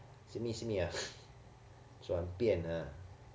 simi simi ah 转变 ah